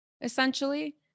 essentially